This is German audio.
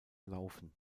laufen